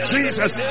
Jesus